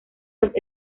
los